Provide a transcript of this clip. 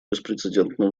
беспрецедентно